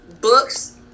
books